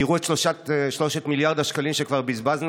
תראו את 3 מיליארד השקלים שכבר בזבזנו,